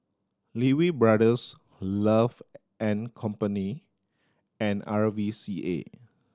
Lee Wee Brothers Love and Company and R V C A